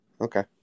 Okay